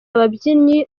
ababyinnyi